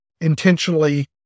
intentionally